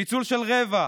פיצול של רבע,